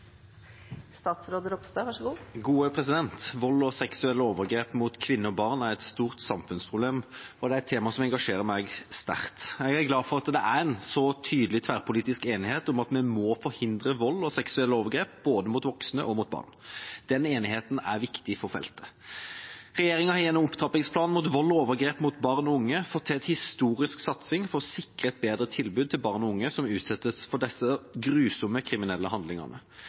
et stort samfunnsproblem, og det er et tema som engasjerer meg sterkt. Jeg er glad for at det er en så tydelig tverrpolitisk enighet om at vi må forhindre vold og seksuelle overgrep mot både voksne og barn. Den enigheten er viktig for feltet. Regjeringa har gjennom opptrappingsplanen mot vold og overgrep mot barn og unge fått til en historisk satsing for å sikre et bedre tilbud til barn og unge som utsettes for disse grusomme kriminelle handlingene.